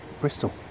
Bristol